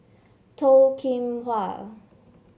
Toh Kim Hwa